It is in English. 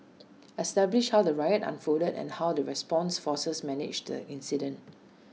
establish how the riot unfolded and how the response forces managed the incident